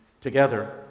together